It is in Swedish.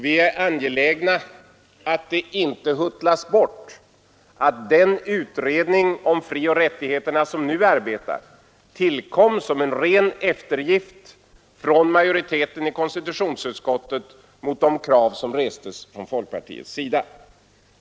Vi är angelägna att det inte huttlas bort att den utredning om frioch rättigheterna som nu arbetar tillkom som en ren eftergift från majoriteten i utskottet åt de krav som restes från folkpartiets sida.